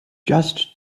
just